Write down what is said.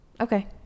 okay